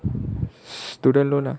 student loan ah